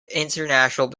international